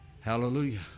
hallelujah